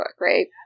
right